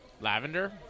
Lavender